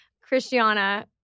Christiana